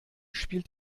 spielt